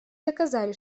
доказали